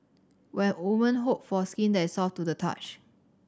when woman hope for skin that is soft to the touch